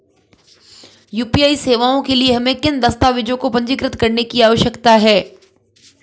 UPI सेवाओं के लिए हमें किन दस्तावेज़ों को पंजीकृत करने की आवश्यकता है?